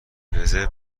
رزرو